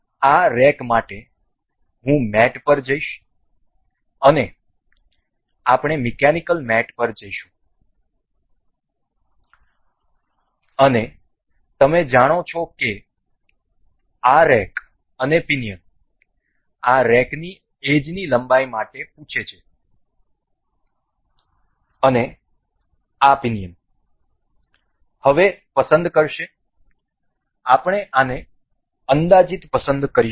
તેથી આ રેક માટે હું મેટ પર જઈશ અને આપણે મિકેનિકલ મેટ પર જઈશું અને તમે જાણો છો કે આ રેક અને પિનિયન આ રેકની એજની લંબાઈ માટે પૂછે છે અને આ પિનિયન હવે પસંદ કરશે આપણે આને અંદાજિત પસંદ કરીશું